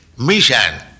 mission